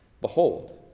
behold